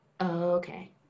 Okay